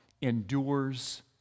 endures